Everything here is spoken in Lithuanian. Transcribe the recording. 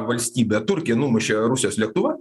valstybė turkija numušė rusijos lėktuvą